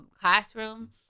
classroom